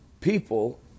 people